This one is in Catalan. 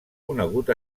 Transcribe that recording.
conegut